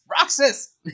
Roxas